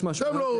אתם לא רוצים.